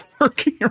working